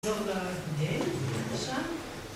‫תודה רבה. ‫-בבקשה.